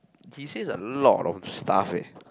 he says a lot of stuff leh